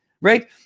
right